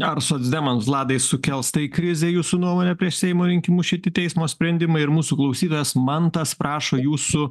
ar socdemams vladai sukels tai krizę jūsų nuomone prieš seimo rinkimus šiti teismo sprendimai ir mūsų klausytojas mantas prašo jūsų